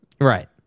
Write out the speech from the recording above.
Right